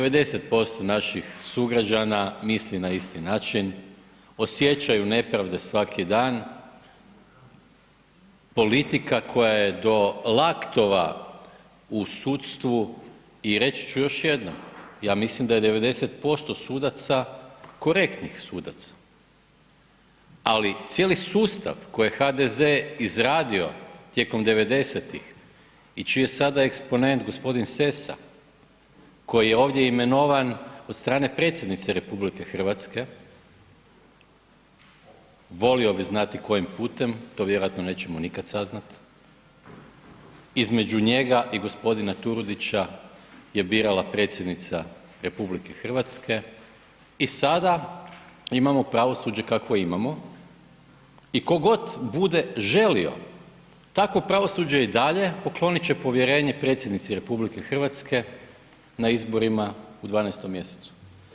90% naših sugrađana misli na isti način, osjećaju nepravde svaki dan, politika koja je do laktova u sudstvu i reći ću još jednom, ja mislim da je 90% sudaca korektnih sudaca ali cijeli sustav koji je HDZ izradio tijekom 90-ih i čiji je sada eksponent g. Sesa koji je ovdje imenovan od strane Predsjednice RH, volio bi znati kojim putem, to vjerojatno nećemo nikad saznat, između njega i g. Turudića je birala Predsjednica RH i sada imamo pravosuđe kakvo imamo i tko god bude želio takvo pravosuđe i dalje, poklonit će povjerenje Predsjednici RH na izborima u 12. mjesecu.